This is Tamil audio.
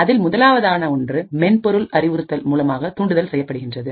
அதில் முதலாவதாக ஒன்று மென்பொருள் அறிவுறுத்தல்மூலமாக தூண்டுதல் செய்யப்படுகின்றது